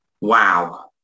Wow